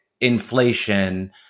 inflation